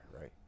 right